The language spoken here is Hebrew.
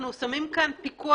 אנחנו שמים פה פיקוח